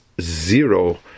zero